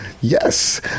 Yes